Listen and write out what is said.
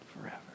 forever